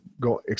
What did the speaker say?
go